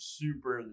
super